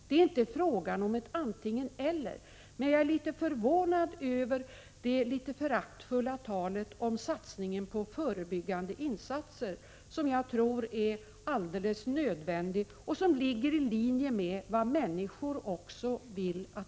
Det är inte fråga om något antingen-eller. Men jag är förvånad över det litet föraktfulla talet om satsningen på förebyggande åtgärder, en satsning som jag tror är alldeles nödvändig och som ligger i linje med vad människor också önskar.